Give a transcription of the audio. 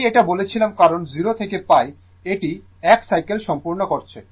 আমি এটা বলেছিলাম কারণ 0 থেকে π এটি 1 সাইকেল সম্পূর্ণ করছে